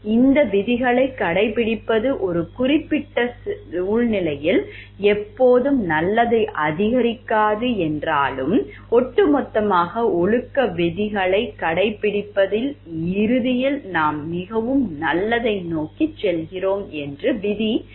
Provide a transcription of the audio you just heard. இந்த விதிகளை கடைபிடிப்பது ஒரு குறிப்பிட்ட சூழ்நிலையில் எப்போதும் நல்லதை அதிகரிக்காது என்றாலும் ஒட்டுமொத்தமாக ஒழுக்க விதிகளை கடைபிடிப்பதால் இறுதியில் நாம் மிகவும் நல்லதை நோக்கி செல்கிறோம் என்று விதி பயன்பாட்டுவாதம் கூறுகிறது